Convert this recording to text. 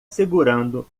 segurando